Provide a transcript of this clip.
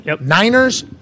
Niners